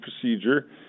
procedure